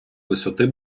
висоти